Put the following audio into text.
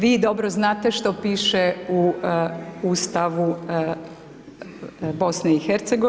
Vi dobro znate što piše u Ustavu BIH.